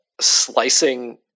slicing